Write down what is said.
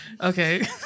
Okay